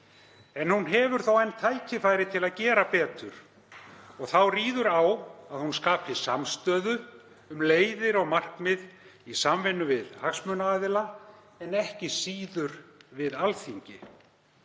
Hún hefur þó enn tækifæri til að gera betur og þá ríður á að hún skapi samstöðu um leiðir og markmið í samvinnu við hagsmunaaðila en ekki síður við Alþingi.